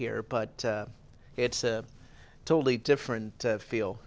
here but it's a totally different feel